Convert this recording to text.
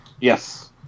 Yes